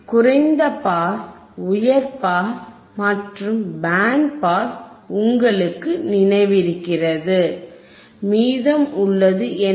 குறைந்த பாஸ் உயர் பாஸ் மற்றும் பேண்ட் பாஸ் உங்களுக்கு நினைவிருக்கிறது மீதம் உள்ளது என்ன